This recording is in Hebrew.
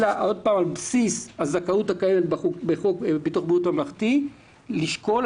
אלא על בסיס הזכאות הקיימת בחוק ביטוח בריאותי ממלכתי לשקול.